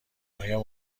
آیا